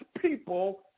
people